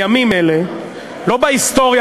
לא בהיסטוריה,